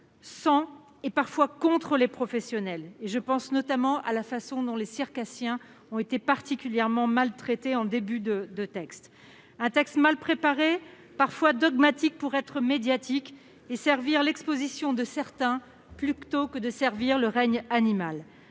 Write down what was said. sans et parfois contre les professionnels - je pense notamment à la façon dont les circassiens ont été particulièrement maltraités au début. Cette proposition de loi était mal préparée, parfois dogmatique pour être médiatique, et servir l'exposition de certains plutôt que le règne animal